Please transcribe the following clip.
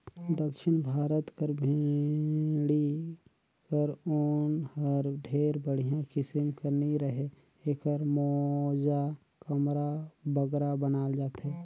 दक्खिन भारत कर भेंड़ी कर ऊन हर ढेर बड़िहा किसिम कर नी रहें एकर मोजा, कमरा बगरा बनाल जाथे